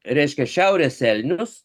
reiškia šiaurės elnius